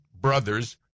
brothers